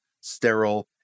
sterile